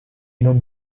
non